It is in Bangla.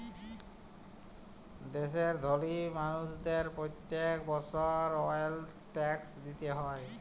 দ্যাশের ধলি মালুসদের প্যত্তেক বসর ওয়েলথ ট্যাক্স দিতে হ্যয়